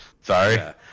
Sorry